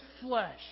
flesh